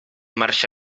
marxa